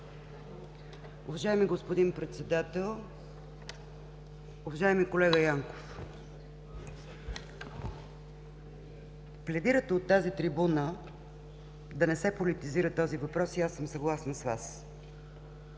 Уважаеми господин Председател! Уважаеми колега Янков, пледирате от тази трибуна да не се политизира този въпрос и аз съм съгласна с Вас.